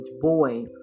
boy